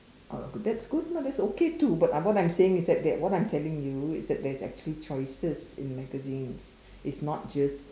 that's good lah that's okay too but what I'm saying is that that what I'm telling you is that there is actually choices in magazines it's not just